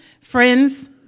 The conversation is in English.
friends